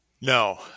No